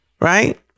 right